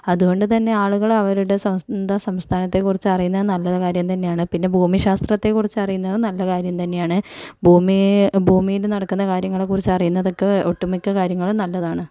അതുകൊണ്ട്തന്നെ ആളുകള് അവരുടെ സ്വന്തം സംസ്ഥാനത്തെക്കുറിച്ച് അറിയുന്നത് നല്ല കാര്യം തന്നെയാണ് പിന്നെ ഭൂമി ശാസ്ത്രത്തെക്കുറിച്ച് അറിയുന്നതും നല്ല കാര്യം തന്നെയാണ് ഭൂമിയെ ഭൂമിയില് നടക്കുന്ന കാര്യങ്ങളെക്കുറിച്ച് അറിയുന്നതൊക്കെ ഒട്ടുമിക്ക കാര്യങ്ങളും നല്ലതാണ്